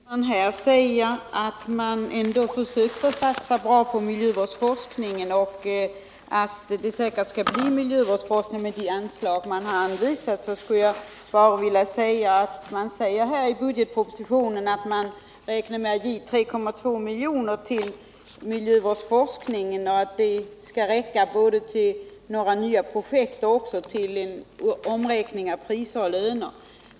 Fru talman! Jordbruksministern säger att man ändå försöker att satsa på miljövårdsforskningen och att det säkert skall bli miljövårdsforskning med de anslag man har anvisat. Jag vill bara peka på att man i budgetpropositionen säger att man räknar med 3,2 miljoner till miljövårdsforskningen och att det skall räcka till både nya projekt och en omräkning av priser och löner.